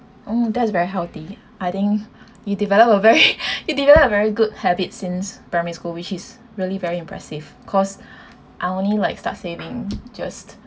oh that is very healthy I think you develop a very you develop a very good habit since primary school which is really very impressive 'cause I only like start saving just